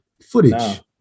footage